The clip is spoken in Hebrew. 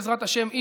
בעזרת השם,